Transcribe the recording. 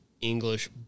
English